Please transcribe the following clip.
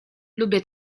lubię